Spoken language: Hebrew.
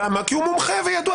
כי הוא מומחה וידוע.